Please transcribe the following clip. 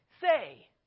say